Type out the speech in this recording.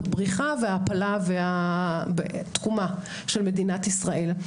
בריחה וההעפלה והתקומה של מדינת ישראל.